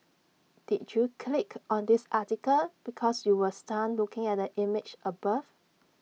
did you click on this article because you were stunned looking at the image above